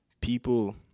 people